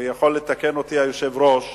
ויכול לתקן אותי היושב-ראש,